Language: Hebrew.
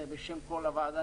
בשם כל הוועדה,